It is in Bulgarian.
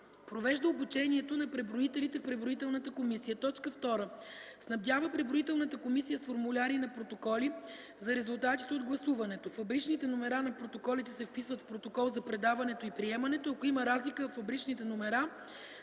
провежда обучението на преброителите в преброителната комисия;